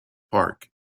park